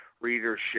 readership